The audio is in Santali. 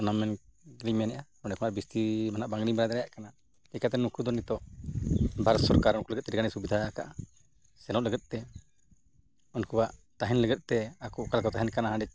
ᱚᱱᱟ ᱢᱮᱱ ᱫᱚᱧ ᱢᱮᱱᱮᱫᱼᱟ ᱚᱸᱰᱮ ᱠᱷᱚᱱᱟᱜ ᱵᱤᱥᱛᱤ ᱫᱚ ᱱᱟᱦᱟᱜ ᱵᱟᱝ ᱞᱤᱧ ᱵᱟᱲᱟᱭ ᱫᱟᱲᱮᱭᱟᱜ ᱠᱟᱱᱟ ᱪᱤᱠᱟᱛᱮ ᱱᱩᱠᱩᱫᱚ ᱱᱤᱛᱳᱜ ᱵᱷᱟᱨᱚᱛ ᱥᱚᱨᱠᱟᱨ ᱩᱱᱠᱩ ᱞᱟᱹᱜᱤᱫ ᱛᱮ ᱟᱹᱰᱤᱜᱟᱱᱮ ᱥᱩᱵᱤᱫᱷᱟ ᱟᱠᱟᱫᱼᱟ ᱥᱮᱱᱚᱜ ᱞᱟᱹᱜᱤᱫ ᱛᱮ ᱩᱱᱠᱩᱣᱟᱜ ᱛᱟᱦᱮᱱ ᱞᱟᱹᱜᱤᱫ ᱛᱮ ᱟᱠᱚ ᱚᱠᱟ ᱨᱮᱠᱚ ᱛᱟᱦᱮᱱ ᱠᱟᱱᱟ ᱦᱟᱸᱰᱮ